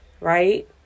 right